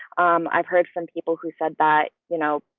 um i've heard some people who said that, you know,